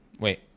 Wait